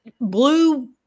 blue